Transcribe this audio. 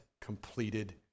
completed